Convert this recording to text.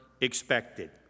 expected